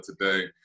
today